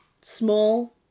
small